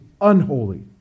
unholy